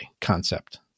concept